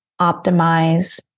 optimize